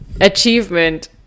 Achievement